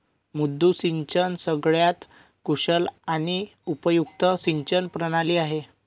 मुद्दू सिंचन सगळ्यात कुशल आणि उपयुक्त सिंचन प्रणाली आहे